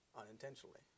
unintentionally